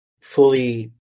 fully